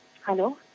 Hello